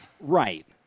right